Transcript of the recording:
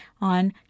on